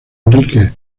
enrique